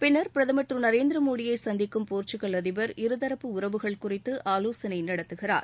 பின்னர் பிரதமர் திரு நரேந்திர மோடியை சந்திக்கும் போர்ச்சுகல் அதிபர் இருதரப்பு உறவுகள் குறித்து ஆலோசனை நடத்துகிறார்